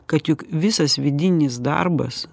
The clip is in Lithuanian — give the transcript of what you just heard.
kad juk visas vidinis darbas